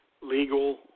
legal